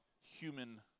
human